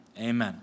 Amen